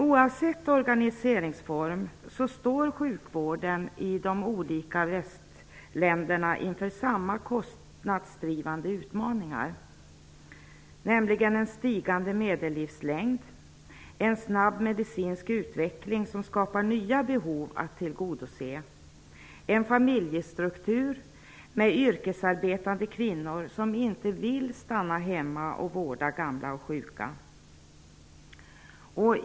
Oavsett organiseringsform står sjukvården i de olika västländerna inför samma kostnadsdrivande utmaningar, nämligen en stigande medellivslängd, en snabb medicinsk utveckling som skapar nya behov att tillgodose och en familjestruktur med yrkesarbetande kvinnor som inte vill stanna hemma och vårda gamla och sjuka.